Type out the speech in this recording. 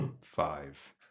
Five